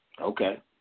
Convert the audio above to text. Okay